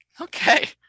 okay